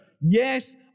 Yes